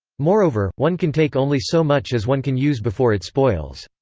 moreover, one can take only so much as one can use before it spoils.